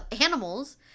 animals